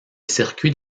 circuits